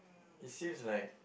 it seems like